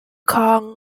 kang